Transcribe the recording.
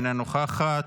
אינה נוכחת,